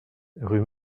rue